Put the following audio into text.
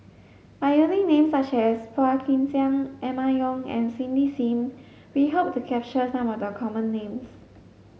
by using names such as Phua Kin Siang Emma Yong and Cindy Sim we hope to capture some of the common names